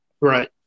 Right